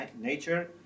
nature